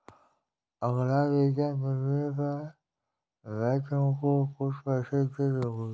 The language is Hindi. अगला वेतन मिलने पर मैं तुमको कुछ पैसे दे दूँगी